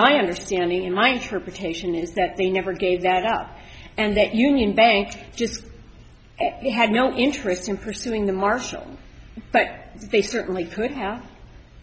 my understanding in my interpretation is that they never gave that up and that union bank just had no interest in pursuing the marshall but they certainly could have